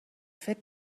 فکر